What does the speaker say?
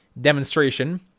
demonstration